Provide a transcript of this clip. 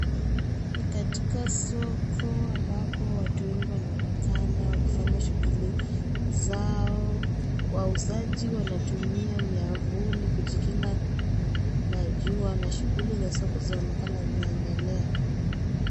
Ni katika soko ambapo watu wengi wanaonekana wakifanya shughuli zao. Wauzaji wanatumia miavuli kujikinga na jua , na shughuli za soko zinaonekana zikiendelea.